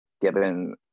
given